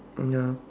mm ya